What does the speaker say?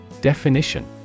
Definition